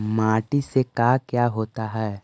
माटी से का क्या होता है?